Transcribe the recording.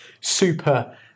super